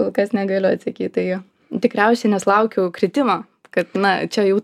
kol kas negaliu atsakyt tai tikriausiai nes laukiu kritimo kad na čia jau